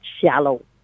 shallow